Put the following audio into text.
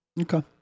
Okay